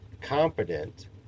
competent